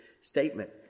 statement